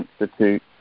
Institute